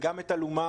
וגם את אלומה,